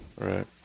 Right